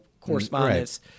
correspondence